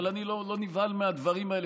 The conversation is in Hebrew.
אבל אני לא נבהל מהדברים האלה,